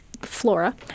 flora